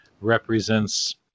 represents